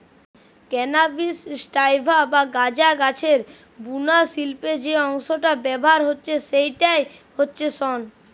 cannabis sativa বা গাঁজা গাছের বুনা শিল্পে যেই অংশটা ব্যাভার হচ্ছে সেইটা হচ্ছে শন